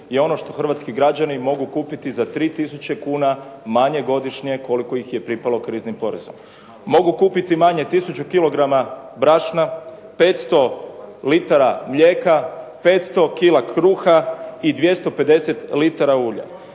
je ono što hrvatski građani mogu kupiti za 3000 kuna manje godišnje koliko ih je pripalo kriznim porezom. Mogu kupiti manje 1000 kg brašna, 500 litara mlijeka, 500 kg kruha i 250 litara ulja.